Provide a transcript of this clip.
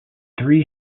three